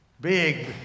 big